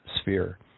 sphere